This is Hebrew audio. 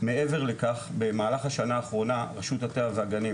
מעבר לכך במהלך השנה האחרונה רשות הטבע והגנים